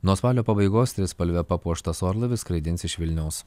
nuo spalio pabaigos trispalve papuoštas orlaivis skraidins iš vilniaus